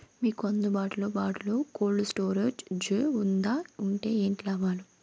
మీకు అందుబాటులో బాటులో కోల్డ్ స్టోరేజ్ జే వుందా వుంటే ఏంటి లాభాలు?